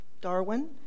Darwin